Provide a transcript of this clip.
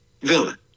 villain